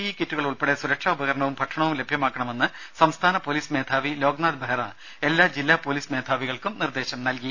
E കിറ്റുകൾ ഉൾപ്പെടെ സുരക്ഷാ ഉപകരണവും ഭക്ഷണവും ലഭ്യമാക്കണമെന്ന് സംസ്ഥാന പോലീസ് മേധാവി ലോക്നാഥ് ബെഹ്റ എല്ലാ ജില്ലാ പോലീസ് മേധാവികൾക്കും നിർദ്ദേശം നൽകി